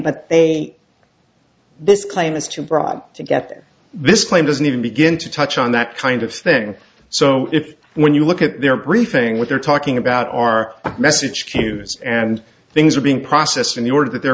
but they are this claim is too broad to get this claim doesn't even begin to touch on that kind of thing so if when you look at their briefing what they're talking about are message queues and things are being processed in the order that they're